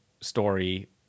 story